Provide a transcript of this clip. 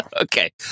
okay